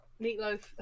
Meatloaf